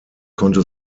konnte